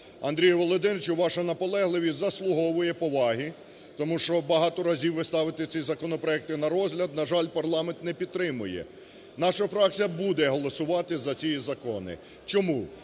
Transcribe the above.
Андрію Володимировичу, ваша наполегливість заслуговує поваги, тому що багато разів ви ставите ці законопроекти на розгляд, на жаль, парламент не підтримує. Наша фракція буде голосувати за ці закони. Чому?